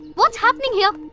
what's happening here?